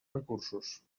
recursos